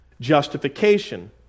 justification